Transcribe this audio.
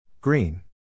Green